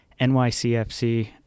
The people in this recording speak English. NYCFC